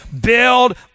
Build